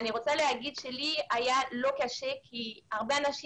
אני רוצה לומר שלי לא היה קשה כי הרבה אנשים